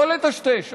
לא לטשטש.